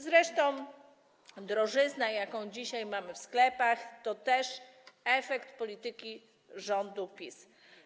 Zresztą drożyzna, jaką dzisiaj mamy w sklepach, to też efekt polityki rządu PiS.